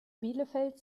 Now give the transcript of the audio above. bielefeld